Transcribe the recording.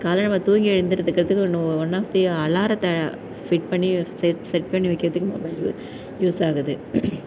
காலையில் நம்ம தூங்கி எழுந்திரிக்கிறதுக்கு ஒன் ஆஃப் தி அலாரத்தை ஃபிட் பண்ணி செட் செட் பண்ணி வைக்கிறத்துக்கு மொபைல் யூஸ் ஆகுது